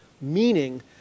Meaning